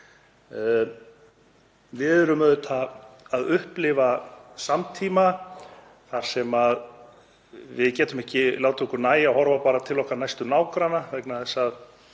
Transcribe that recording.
Við erum auðvitað að upplifa samtíma þar sem við getum ekki látið okkur nægja að horfa bara til okkar næstu nágranna vegna þess að